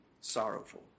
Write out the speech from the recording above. sorrowful